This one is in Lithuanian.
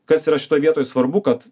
kas yra šitoj vietoj svarbu kad